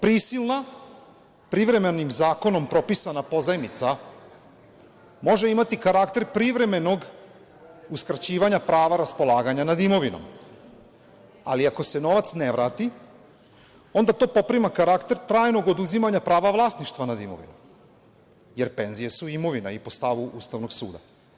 Prisilna privremenim zakonom propisana pozajmica može imati karakter privremenog uskraćivanja prava raspolaganja nad imovinom, ali ako se novac ne vrati, onda to poprima karakter trajnog oduzimanja prava vlasništva nad imovinom, jer penzije su imovina i po stavu Ustavnog suda.